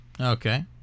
Okay